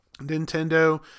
Nintendo